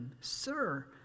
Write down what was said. Sir